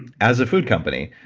as a food company,